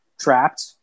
trapped